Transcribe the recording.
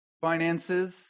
finances